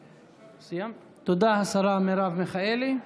תודה, השרה מרב מיכאלי.